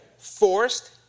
forced